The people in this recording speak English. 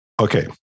Okay